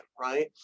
right